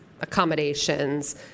accommodations